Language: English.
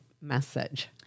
message